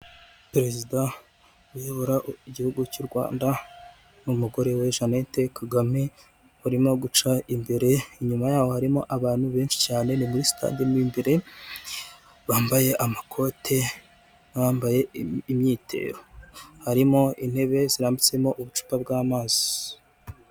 Perezida uyobora igihugu cy'urwanda numugore we janete kagame urimo guca imbere inyuma yaho harimo abantu benshi cyane ni muri sitade mwimbere bambaye amakote nabambaye imyitero harimo intebe zirambitsemo ubucupa bwamazi.